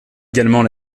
également